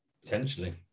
Potentially